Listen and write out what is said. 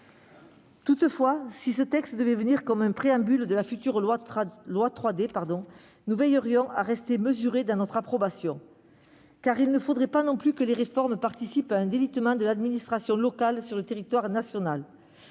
Toutefois, si ce texte devait constituer un préambule au futur projet de loi 3D, nous veillerions à rester mesurés dans notre approbation, car il ne faudrait pas non plus que les réformes participent à un délitement de l'administration locale sur le territoire national.